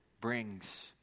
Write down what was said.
brings